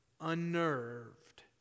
unnerved